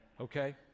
okay